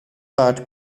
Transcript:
bad